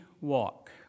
walk